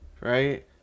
Right